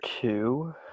two